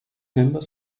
member